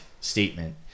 statement